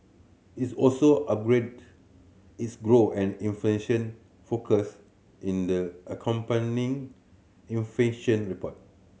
it's also upgraded its growth and inflation forecast in the accompanying inflation report